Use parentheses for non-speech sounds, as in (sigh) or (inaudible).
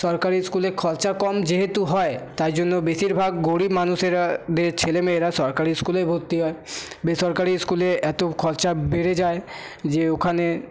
সরকারি ইস্কুলে খরচা কম যেহেতু হয় তাই জন্য বেশিরভাগ গরিব মানুষেরা (unintelligible) ছেলেমেয়েরা সরকারি ইস্কুলেই ভর্তি হয় বেসরকারি ইস্কুলে এত খরচা বেড়ে যায় যে ওখানে